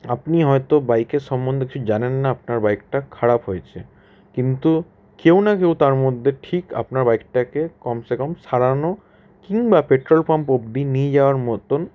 আপনি হয়তো বাইকের সম্বন্ধে কিছু জানেন না আপনার বাইকটা খারাপ হয়েছে কিন্তু কেউ না কেউ তার মধ্যে ঠিক আপনার বাইকটাকে কমসে কম সারানো কিংবা পেট্রোল পাম্প অবধি নিয়ে যাওয়ার মতন